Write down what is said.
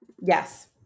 Yes